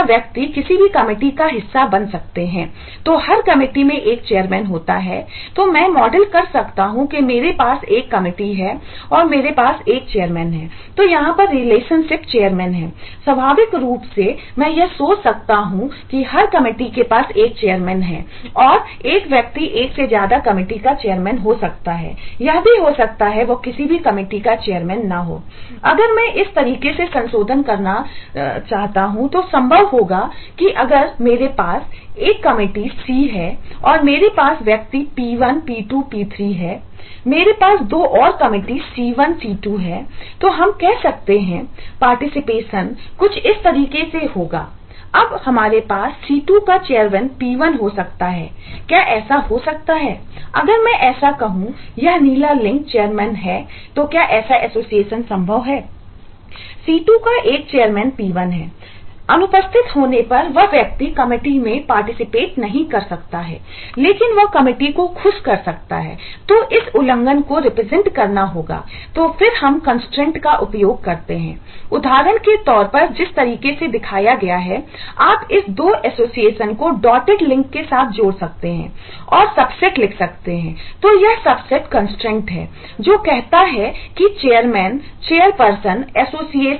अगर मैं इस तरीके से संशोधन करना चाहिए संभव होगा की अगर मेरे पास एक कमेटी P1 है अनुपस्थित होने पर वह व्यक्ति कमेटी होना चाहिए